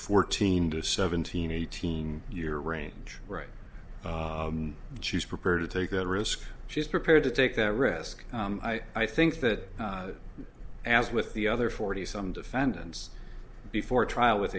fourteen to seventeen eighteen year range right but she's prepared to take that risk she's prepared to take that risk i think that as with the other forty some defendants before trial w